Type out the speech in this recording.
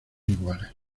iguales